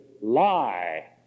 lie